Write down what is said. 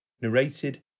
narrated